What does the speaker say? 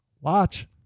watch